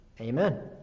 amen